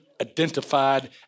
identified